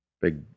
Big